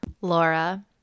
Laura